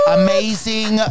amazing